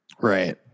Right